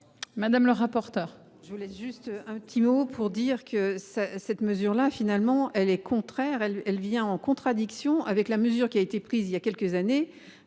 Madame le rapporteur. Je voulais juste un petit mot pour dire que ça cette mesure là finalement elle est contraire elle elle vient en contradiction avec la mesure qui a été prise il y a quelques années